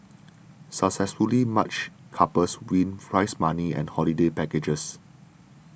successfully matched couples win prize money and holiday packages